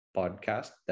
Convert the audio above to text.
podcast